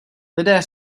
lidé